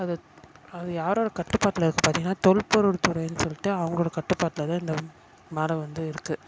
அது அது யாரோடய கட்டுப்பாட்டில இருக்குதுன்னு பார்த்தீங்கனா தொல்பொருள் துறையினு சொல்லிட்டு அவங்களோடய கட்டுப்பாட்டில தான் இந்த மலை வந்து இருக்குது